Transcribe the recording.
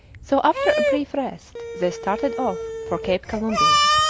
so after a brief rest they started off for cape columbia,